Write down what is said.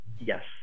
yes